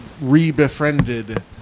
re-befriended